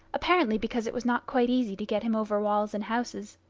apparently because it was not quite easy to get him over walls and houses.